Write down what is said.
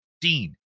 Dean